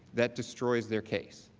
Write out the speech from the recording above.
that destroyed their case.